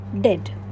dead